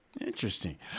Interesting